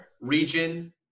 region